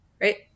Right